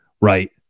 right